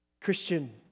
Christian